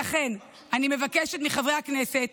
לכן אני מבקשת מחברי הכנסת